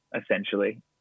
essentially